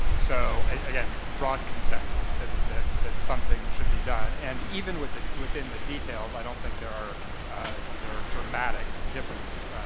so, again, broad consensus that that something should be done. and even within within the details, i don't think there are ah there are dramatic differences.